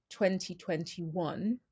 2021